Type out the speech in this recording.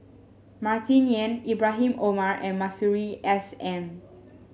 Martin Yan Ibrahim Omar and Masuri S N